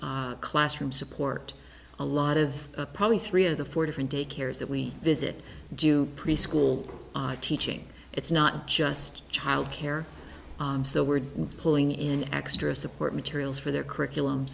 classroom support a lot of probably three of the four different daycares that we visit do preschool teaching it's not just child care so we're pulling in extra support materials for their curriculum